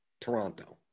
Toronto